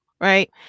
right